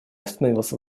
остановился